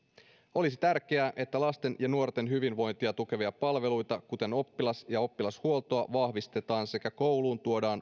olisi tärkeää että lasten ja nuorten hyvinvointia tukevia palveluita kuten oppilas ja opiskelijahuoltoa vahvistetaan sekä kouluun tuodaan